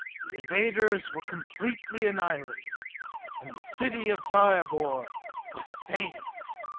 the invaders were completely annihilated and the city of zyobor was saved!